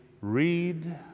Read